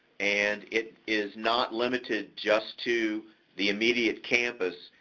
and it is not limited just to the immediate campus.